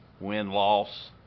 win-loss